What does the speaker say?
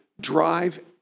drive